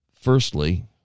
Firstly